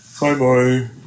Bye-bye